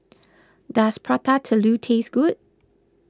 does Prata Telur taste good